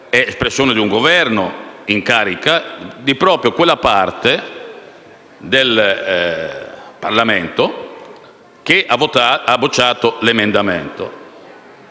è espressione di un Governo in carica ed è espressione proprio di quella parte del Parlamento che ha bocciato l'emendamento.